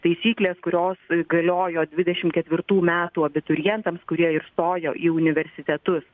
taisyklės kurios galiojo dvidešimt ketvirtų metų abiturientams kurie ir stojo į universitetus